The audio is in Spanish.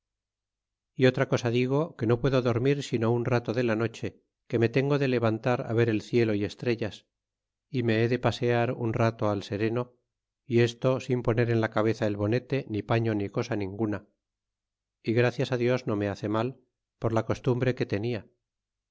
y otra cosa digo que no puedo dormir sino un rato de la noche que me tengo de levantar ver el cielo y estrellas y me he de pasear un rato al sereno y esto sin poner en la cabeza el bonete ni paño ni cosa ninguna y gracias dios no me hace mal por la costumbre que tenia